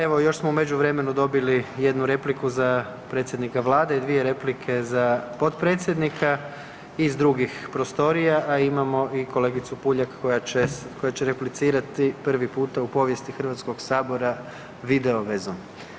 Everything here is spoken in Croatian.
Evo još smo u međuvremenu dobili jednu repliku za predsjednika Vlade i dvije replike za potpredsjednika iz drugih prostorija, a imamo i kolegicu Puljak koja će replicirati prvi puta u povijesti HS-a video vezom.